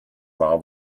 war